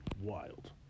Wild